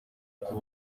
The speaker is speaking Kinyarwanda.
kuva